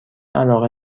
علاقه